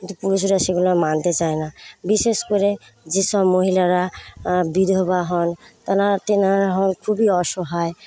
কিন্তু পুরুষেরা সেগুলো মানতে চায় না বিশেষ করে যেসব মহিলারা বিধবা হন তেনারা হন খুবই অসহায়